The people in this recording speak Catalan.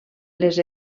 les